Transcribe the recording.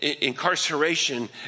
incarceration